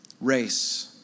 Race